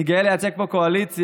אני גאה לייצג פה קואליציה.